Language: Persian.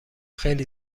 خیلی